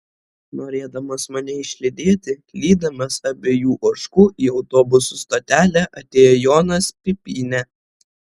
norėdamas mane išlydėti lydimas abiejų ožkų į autobusų stotelę atėjo jonas pipynė